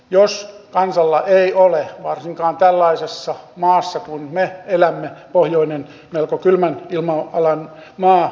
jos kansalla ei ole varsinkaan tällaisessa maassa kuin me elämme pohjoinen melko kylmä ilma alan nolla